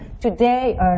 today